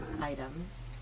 items